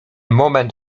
moment